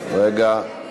התשע"ה 2015,